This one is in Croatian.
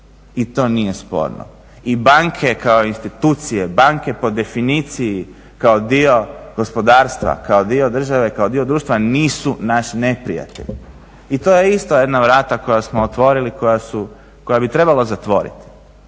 i to nije sporno. I banke kao institucije, banke po definiciji kao dio gospodarstva, kao dio države, kao dio društva nisu naši neprijatelji. I to je isto jedna vrata koja smo otvorili koja bi trebalo zatvoriti.